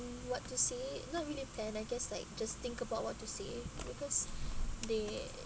mm what to say not really plan I guess like just think about what to say because they